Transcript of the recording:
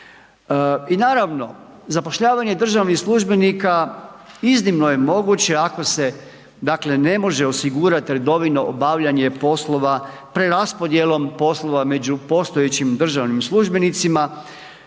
I naravno, zapošljavanje državnih službenika iznimno je moguće ako se, dakle, ne može osigurati redovito obavljanje poslova preraspodjelom poslova među postojećim državnim službenicima.